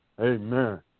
Amen